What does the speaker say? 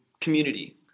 community